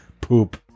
poop